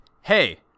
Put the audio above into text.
hey